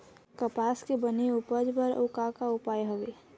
कपास के बने उपज बर अउ का का उपाय हवे?